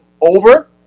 over